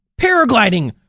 Paragliding